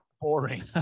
Boring